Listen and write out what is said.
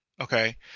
Okay